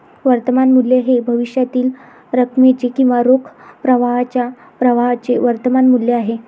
वर्तमान मूल्य हे भविष्यातील रकमेचे किंवा रोख प्रवाहाच्या प्रवाहाचे वर्तमान मूल्य आहे